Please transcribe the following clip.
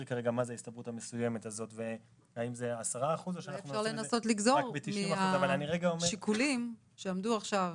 אותה כרגע --- אולי אפשר לנסות לגזור מהשיקולים שעמדו עכשיו